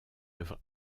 œuvre